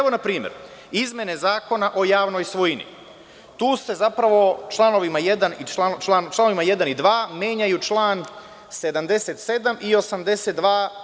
Na primer, izmene Zakona o javnoj svojini, tu se zapravo članovima 1. i 2. menjaju član 77. i 82.